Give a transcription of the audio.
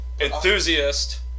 Enthusiast